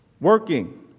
working